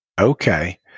Okay